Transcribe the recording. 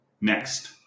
Next